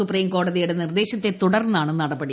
സുപ്രീംകോടതിയുടെ നിർദ്ദേശത്തെ തുടർന്നാണ് നടപടി